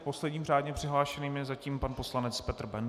Posledním řádně přihlášeným je zatím pan poslanec Petr Bendl.